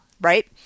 right